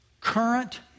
current